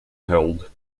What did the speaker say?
held